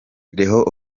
leo